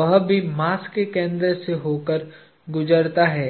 वह भी मास के केंद्र से होकर गुजरता है